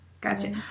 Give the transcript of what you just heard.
Gotcha